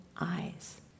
eyes